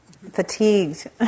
fatigued